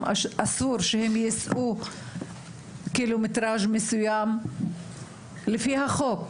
שאין להם אפשרויות בסיסיות לא לרפואה ולא להתפתחות נורמלית ורגילה,